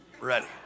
Ready